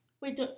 Wait